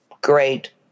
great